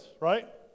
right